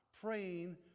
praying